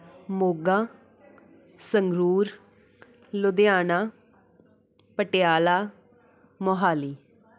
Moga Sangrur Ludhiana Patiala Mohali